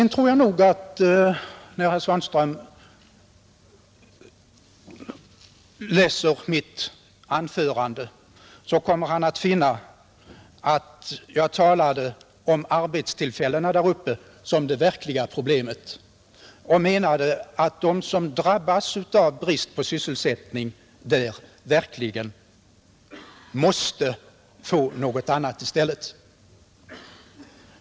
När herr Svanberg läser mitt anförande tror jag att han kommer att finna att jag talade om arbetstillfällena där uppe som det verkliga problemet. Jag sade att de som drabbas av brist på sysselsättning verkligen måste få något annat i stället.